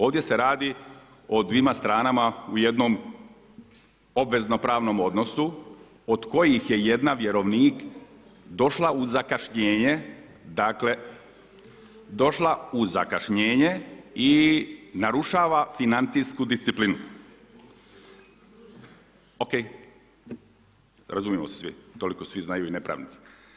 Ovdje se radi dvjema stranama u jednom obvezno pravnom odnosu od kojih je jedna vjerovnik došla u zakašnjenje, dakle došla u zakašnjenje i narušava financijsku disciplinu. … [[Upadica se ne čuje.]] OK, razumijemo se svi, toliko svi znaju i ne pravnici.